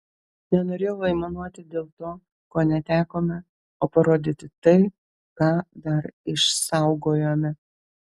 nenorėjau aimanuoti dėl to ko netekome o parodyti tai ką dar išsaugojome